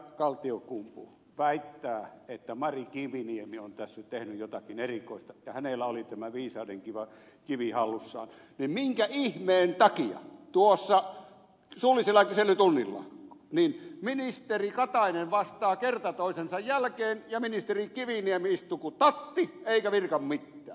kaltiokumpu väittää että mari kiviniemi on tässä tehnyt jotakin erikoista ja hänellä oli tämä viisauden kivi hallussaan niin minkä ihmeen takia suullisella kyselytunnilla ministeri katainen vastaa kerta toisensa jälkeen ja ministeri kiviniemi istuu kuin tatti eikä virka mitään